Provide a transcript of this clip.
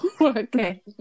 Okay